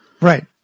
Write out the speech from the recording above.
Right